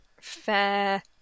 Fair